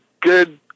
good